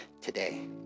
today